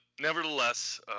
nevertheless